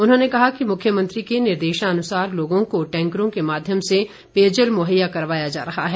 उन्होंने कहा कि मुख्यमंत्री के निर्देशानुसार लोगों को टैंकरों के माध्यम से पेयजल मुहैया करवाया जा रहा है